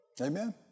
Amen